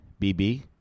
BB